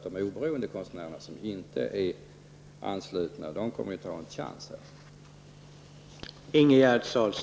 De oberoende konstnärerna, de som inte är anslutna, kommer inte att ha en chans.